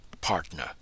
partner